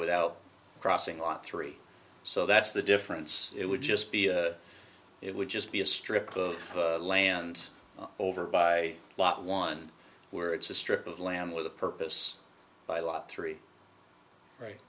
without crossing lot three so that's the difference it would just be it would just be a strip of land over by lot one where it's a strip of land with a purpose by lot three right